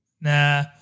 Nah